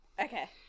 Okay